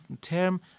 term